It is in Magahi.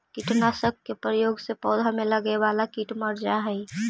कीटनाशक के प्रयोग से पौधा में लगे वाला कीट मर जा हई